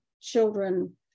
children